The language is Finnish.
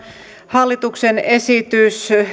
hallituksen esitys